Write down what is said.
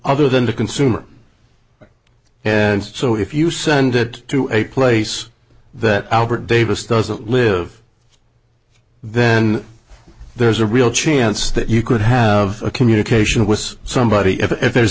other than the consumer so if you send it to a place that albert davis doesn't live then there's a real chance that you could have a communication with somebody if there's